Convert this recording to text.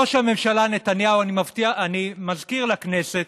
ראש הממשלה נתניהו, אני מזכיר לכנסת,